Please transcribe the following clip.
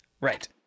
Right